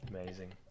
amazing